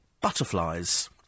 butterflies